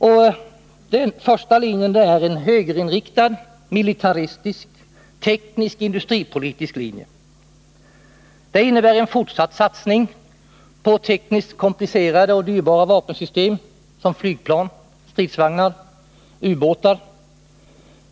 Den första är en högerinriktad, militaristisk och teknisk-industripolitisk linje. Den innebär en fortsatt satsning på tekniskt komplicerade och dyrbara vapensystem som flygplan, stridsvagnar och ubåtar.